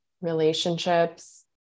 relationships